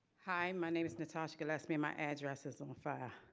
hi, my name is natasha gillespie, my address is on file.